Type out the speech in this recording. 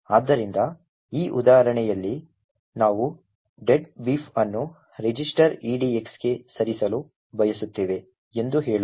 ಆದ್ದರಿಂದ ಈ ಉದಾಹರಣೆಯಲ್ಲಿ ನಾವು "deadbeef" ಅನ್ನು ರಿಜಿಸ್ಟರ್ edx ಗೆ ಸರಿಸಲು ಬಯಸುತ್ತೇವೆ ಎಂದು ಹೇಳೋಣ